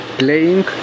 playing